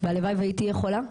והלוואי והייתי יכולה,